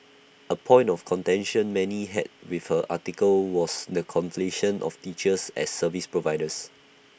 A point of contention many had with her article was the conflation of teachers as service providers